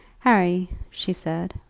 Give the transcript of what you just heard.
harry, she said,